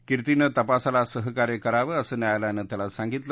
कार्तीनं तपासाला सहकार्य करावं असं न्यायालयानं त्याला सांगितलं